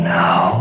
now